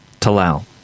Talal